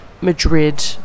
Madrid